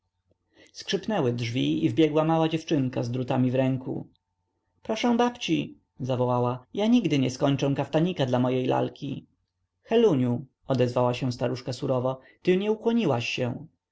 skrzypnęły drzwi i wbiegła mała dziewczynka z drutami w ręku proszę babci zawołała ja nigdy nie skończę kaftanika dla mojej lalki heluniu odezwała się staruszka surowo ty nie ukłoniłaś się